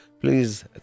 please